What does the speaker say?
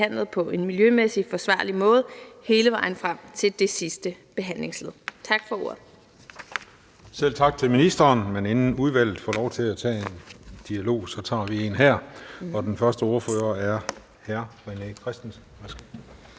på en miljømæssigt forsvarlig måde hele vejen frem til det sidste behandlingsled. Tak for ordet. Kl. 19:05 Den fg. formand (Christian Juhl): Selv tak til ministeren, men inden udvalget får lov til at tage en dialog, tager vi en her. Den første ordfører er hr. René Christensen.